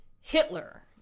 Hitler